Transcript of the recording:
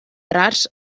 rars